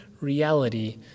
reality